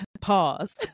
pause